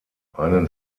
einen